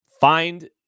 find